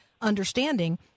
understanding